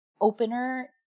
opener